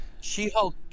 She-Hulk